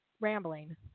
rambling